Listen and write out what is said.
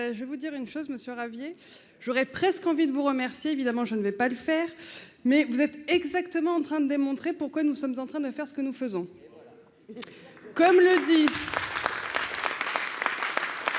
Je vais vous dire une chose Monsieur Ravier, j'aurais presque envie de vous remercier, évidemment je ne vais pas le faire, mais vous êtes exactement en train de démontrer pourquoi nous sommes en train de faire ce que nous faisons, comme l'a dit.